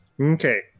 Okay